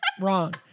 Wrong